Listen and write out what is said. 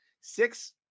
six